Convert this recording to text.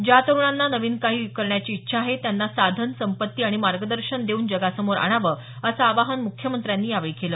ज्या तरुणांना नवीन काही करण्याची इच्छा आहे त्यांना साधन संपत्ती आणि मार्गदर्शन देऊन जगासमोर आणावं असं आवाहन मुख्यमंत्र्यांनी यावेळी केलं